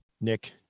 Nick